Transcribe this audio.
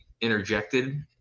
interjected